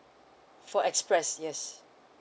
for express yes